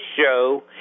show